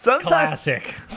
Classic